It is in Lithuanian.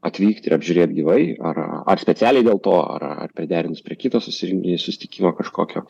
atvykt ir apžiūrėt gyvai ar ar specialiai dėl to ar ar priderinus prie kito susi susitikimo kažkokio